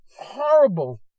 horrible